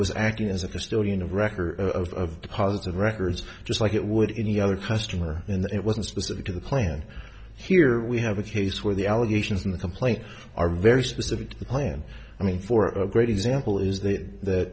was acting as a custodian of records of positive records just like it would any other customer and it wasn't specific to the plan here we have a case where the allegations in the complaint are very specific the plan i mean for a great example is that